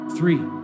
Three